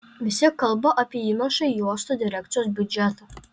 visi kalba apie įnašą į uosto direkcijos biudžetą